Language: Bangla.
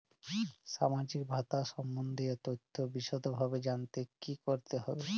সামাজিক ভাতা সম্বন্ধীয় তথ্য বিষদভাবে জানতে কী করতে হবে?